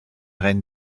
reine